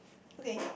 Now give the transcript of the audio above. okay